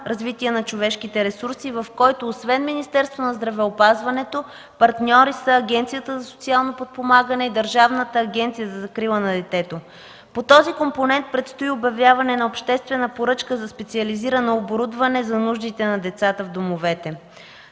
„Развитие на човешките ресурси”, в който освен Министерството на здравеопазването, партньори са Агенцията за социално подпомагане и Държавната агенция за закрила на детето. По този компонент предстои обявяване на обществена поръчка за специализирано оборудване за нуждите на децата в домовете.